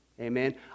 Amen